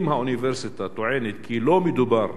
"אם האוניברסיטה טוענת כי לא מדובר